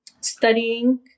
Studying